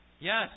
Yes